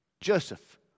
Joseph